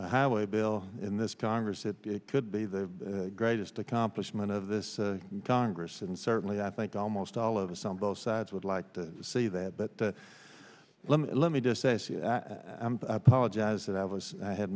a highway bill in this congress that could be the greatest accomplishment of this congress and certainly i think almost all of us on both sides would like to see that but let me let me just say i apologize that i was i had